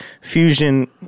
fusion